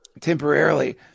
temporarily